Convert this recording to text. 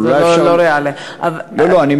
אבל אולי אפשר,